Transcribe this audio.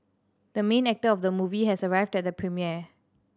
the main actor of the movie has arrived at the premiere